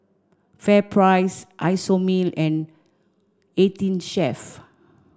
FairPrice Isomil and eighteen Chef